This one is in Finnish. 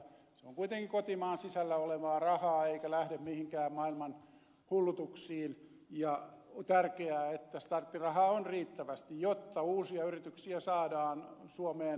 se on kuitenkin kotimaan sisällä olevaa rahaa eikä lähde mihinkään maailman hullutuksiin ja on tärkeää että starttirahaa on riittävästi jotta uusia yrityksiä saadaan suomeen